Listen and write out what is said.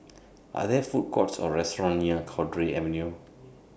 Are There Food Courts Or restaurants near Cowdray Avenue